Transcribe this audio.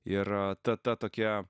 ir ta ta tokia